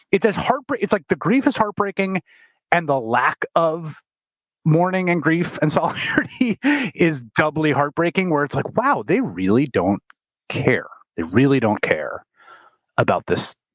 it's as heartbreaking. it's like the grief is heartbreaking and the lack of mourning and grief and solidarity is doubly heartbreaking, where it's like, wow, they really don't care. they really don't care about this